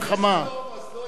תעשה שלום, אז לא יהיה צורך.